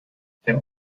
der